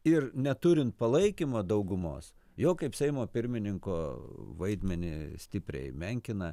ir neturint palaikymo daugumos jo kaip seimo pirmininko vaidmenį stipriai menkina